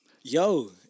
Yo